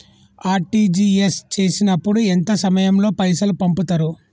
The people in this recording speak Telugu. ఆర్.టి.జి.ఎస్ చేసినప్పుడు ఎంత సమయం లో పైసలు పంపుతరు?